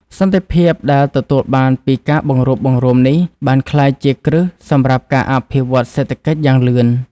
សន្តិភាពដែលទទួលបានពីការបង្រួបបង្រួមនេះ បានក្លាយជាគ្រឹះសម្រាប់ការអភិវឌ្ឍសេដ្ឋកិច្ចយ៉ាងលឿន។